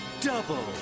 double